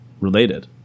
related